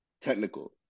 technical